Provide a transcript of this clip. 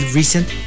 recent